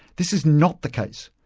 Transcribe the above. this is not the case,